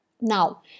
Now